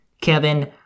kevin